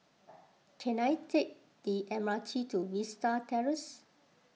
can I take the M R T to Vista Terrace